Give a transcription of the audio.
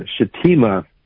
Shatima